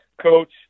coach